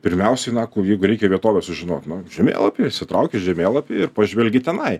pirmiausiai na jeigu reikia vietovę sužinot nu žemėlapy išsitrauki žemėlapį ir pažvelgi tenai